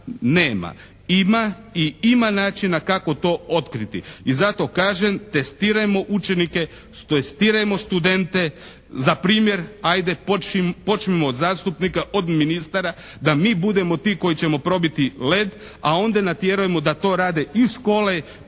nema. Ima i ima načina kako to otkriti. I zato kažem testirajmo učenike, testirajmo studente, za primjer ajde počnimo od zastupnika, od ministara, da mi budemo ti koji ćemo probiti led, a onda natjerajmo da to rade i škole